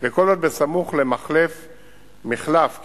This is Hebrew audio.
כל זאת בסמוך למחלף קיבוץ-גלויות.